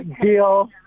Deal